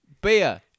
beer